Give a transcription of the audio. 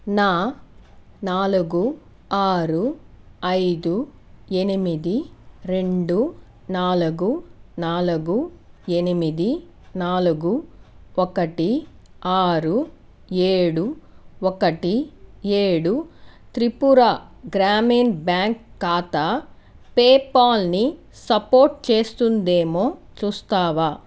నా నాలుగు ఆరు ఐదు ఎనిమిది రెండు నాలుగు నాలుగు ఎనిమిది నాలుగు ఒకటి ఆరు ఏడు ఒకటి ఏడు త్రిపుర గ్రామీణ్ బ్యాంక్ ఖాతా పేపాల్ని సపోర్టు చేస్తుందేమో చూస్తావా